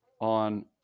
on